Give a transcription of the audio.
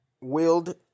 willed